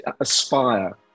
aspire